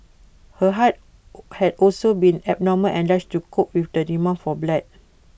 her heart had also been abnormal enlarged to cope with the demand for blood